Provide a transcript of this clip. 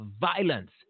violence